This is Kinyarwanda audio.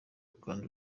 kandi